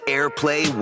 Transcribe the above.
Airplay